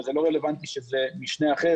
וזה לא רלוונטי שמדובר עכשיו במשנה אחר